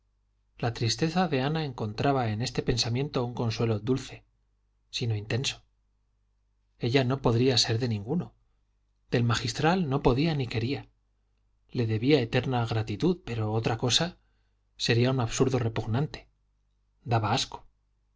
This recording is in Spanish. la tristeza de ana encontraba en este pensamiento un consuelo dulce sino intenso ella no podría ser de ninguno del magistral no podía ni quería le debía eterna gratitud pero otra cosa sería un absurdo repugnante